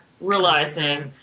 realizing